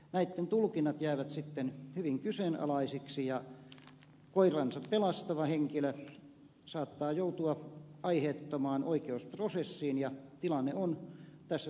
näitten tulkinnat jäävät sitten hyvin kyseenalaisiksi ja koiransa pelastava henkilö saattaa joutua aiheettomaan oikeusprosessiin ja tilanne on tässä suhteessa arveluttava